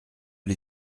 les